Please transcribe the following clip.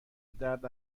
درد